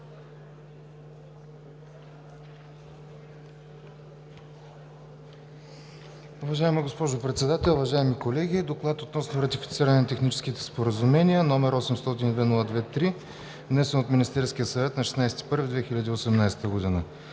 Уважаема госпожо Председател, уважаеми колеги! „ДОКЛАД относно ратифициране на Техническо споразумение, № 802-02-3, внесен от Министерския съвет на 16 януари 2018 г.